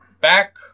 back